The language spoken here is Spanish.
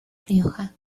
rioja